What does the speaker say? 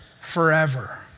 forever